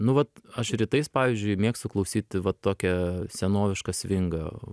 nu vat aš rytais pavyzdžiui mėgstu klausyt va tokią senovišką svingą